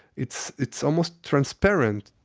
it's it's almost transparent.